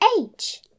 age